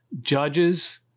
judges